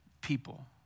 people